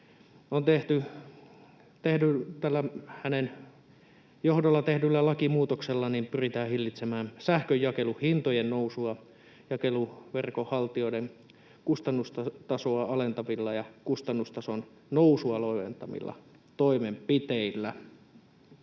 Lintilää. Hänen johdollaan tehdyllä lakimuutoksella pyritään hillitsemään sähkönjakeluhintojen nousua jakeluverkonhaltijoiden kustannustasoa alentavilla ja kustannustason nousua loiventavilla toimenpiteillä.